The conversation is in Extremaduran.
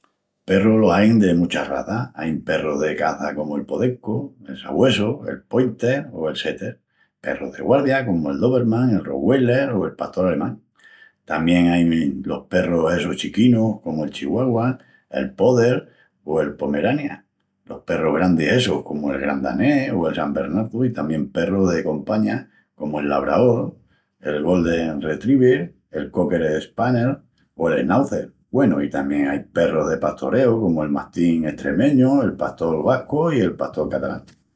Perrus los ain de muchas razas. Ain perrus de caça comu'l podencu, el sabuesu, el pointer oi el setter. Perrus de guardia comu'l dóberman, el rottweiler o el pastol alemán. Tamién ain los perrus essus chiquinus comu'l chihuahua, el poodle o el pomerania. Los perrus grandis essu comu'l gran danés o el san bernardu. I tamién perrus de compaña comu'l labraol, el golden retriever, el cocker spaniel oi el schnauzer. Güenu, i tamién ain perrus de pastoreu comu'l mastín estremeñu, comu'l pastol vascu i el pastol catalán.